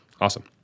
Awesome